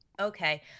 Okay